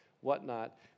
whatnot